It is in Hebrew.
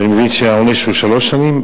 ואני מבין שבסוף העונש הוא שלוש שנים?